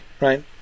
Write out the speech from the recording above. right